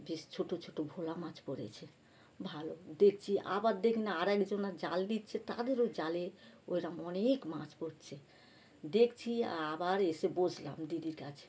বেশ ছোট ছোট ভোলা মাছ পড়েছে ভালো দেখছি আবার দেখি না আরেকজনে জাল দিচ্ছে তাদেরও জালে ওইরকম অনেক মাছ পড়ছে দেখছি আর আবার এসে বসলাম দিদির কাছে